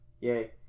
yay